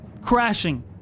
crashing